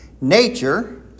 nature